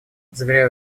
заверяю